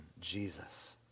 Jesus